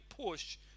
push